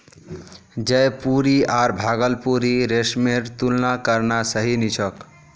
जयपुरी आर भागलपुरी रेशमेर तुलना करना सही नी छोक